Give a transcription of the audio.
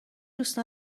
دوست